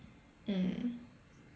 mm